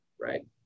right